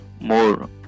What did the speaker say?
more